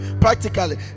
practically